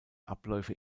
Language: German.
abläufe